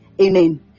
Amen